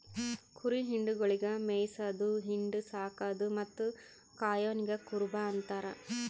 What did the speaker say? ಕುರಿ ಹಿಂಡುಗೊಳಿಗ್ ಮೇಯಿಸದು, ಹಿಂಡು, ಸಾಕದು ಮತ್ತ್ ಕಾಯೋನಿಗ್ ಕುರುಬ ಅಂತಾರ